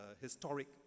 historic